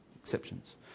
exceptions